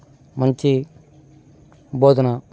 మంచి బోధన